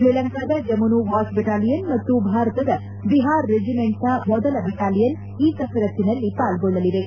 ಶ್ರೀಲಂಕಾದ Gemunu watch battalion ಮತ್ತು ಭಾರತದ ಬಿಹಾರ ರೆಜಿಮೆಂಟ್ನ ಮೊದಲ ಬೆಟಾಲಿಯನ್ ಈ ಕಸರತ್ತಿನಲ್ಲಿ ಪಾಲ್ಗೊಳ್ಳಲಿವೆ